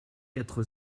quatre